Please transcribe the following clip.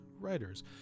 writers